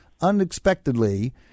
unexpectedly